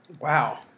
Wow